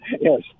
Yes